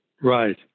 right